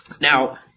Now